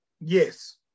Yes